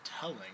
telling